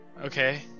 Okay